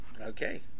okay